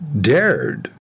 dared